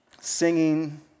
singing